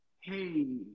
Hey